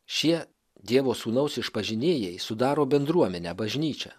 šie dievo sūnaus išpažinėjai sudaro bendruomenę bažnyčią